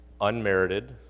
unmerited